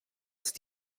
ist